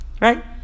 right